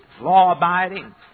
law-abiding